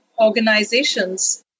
organizations